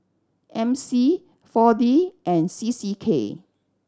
M C Four D and C C K